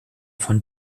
von